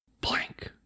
blank